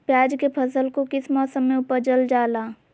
प्याज के फसल को किस मौसम में उपजल जाला?